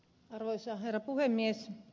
arvoisa herra puhemies